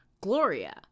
Gloria